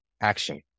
action